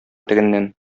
тегеннән